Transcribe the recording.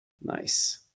Nice